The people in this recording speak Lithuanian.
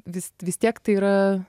vis vis tiek tai yra